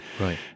Right